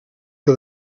que